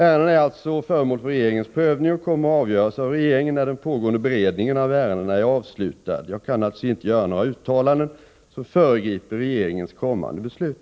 Ärendena är alltså föremål för regeringens prövning och kommer att avgöras av regeringen när den pågående beredningen av ärendena är avslutad. Jag kan naturligtvis inte göra några uttalanden som föregriper regeringens kommande beslut.